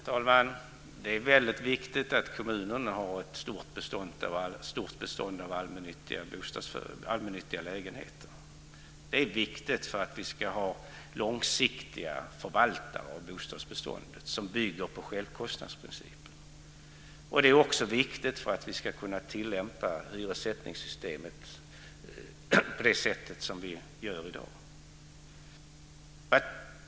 Fru talman! Det är väldigt viktigt att kommunerna har ett stort bestånd av allmännyttiga lägenheter. Det är viktigt för att vi ska ha långsiktiga förvaltare av bostadsbeståndet som bygger på självkostnadsprincipen. Det är också viktigt för att vi ska kunna tillämpa hyressättningssystemet på det sätt som vi gör i dag.